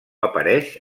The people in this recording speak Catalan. apareix